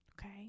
okay